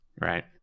Right